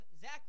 Zach